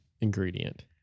ingredient